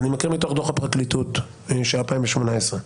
מאז, עם התירוצים והסיבות האמיתיות,